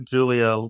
Julia